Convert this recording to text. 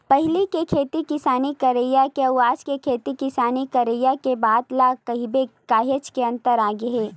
पहिली के खेती किसानी करई के अउ आज के खेती किसानी के करई के बात ल कहिबे काहेच के अंतर आगे हे